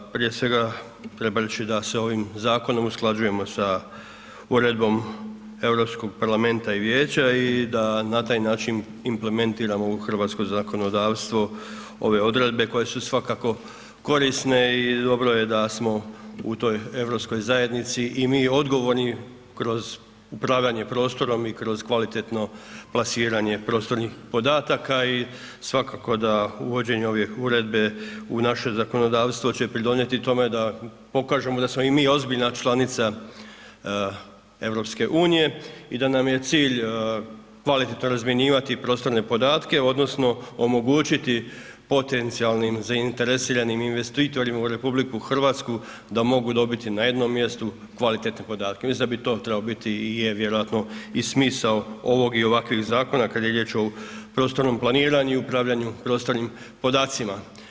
Pa prije svega treba reći da se ovim zakonom usklađujemo sa Uredbom Europskog parlamenta i vijeća i da na taj način implementiramo u hrvatsko zakonodavstvo ove odredbe koje su svakako korisne i dobro je da smo u toj Europskoj zajednici i mi odgovorni kroz upravljanje prostorom i kroz kvalitetno plasiranje prostornih podataka i svakako da uvođenje ove uredbe u naše zakonodavstvo će pridonijeti tome da pokažemo da smo i mi ozbiljna članica EU-a i da nam je cilj kvalitetno razmjenjivati prostorne podatke odnosno omogućiti potencijalnim zainteresiranim investitorima u RH, da mogu dobiti na jednom mjestu kvalitetne podatke, mislim da bi trebao biti i je vjerojatno i smisao ovog i ovakvih zakona kad je riječ o prostornom planiranju i upravljanju prostornim podacima.